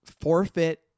forfeit